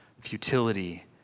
futility